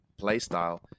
playstyle